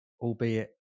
albeit